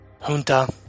Junta